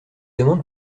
demande